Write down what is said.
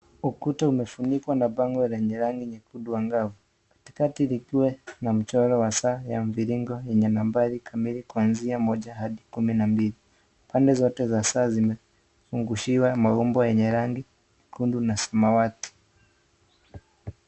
Ukuta umefunikwa na bango lenye rangi nyekundu angavu katikati likiwa na mchoro wa mviringo wa saa yenye nambari kamili kuanzia moja hadi kumi na mbili. Pande zote za saa zimefungushiwa maumbo yenye rang nyekundu na samawati.